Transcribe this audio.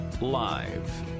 Live